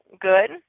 good